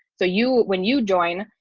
so you when you join,